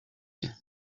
you